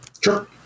Sure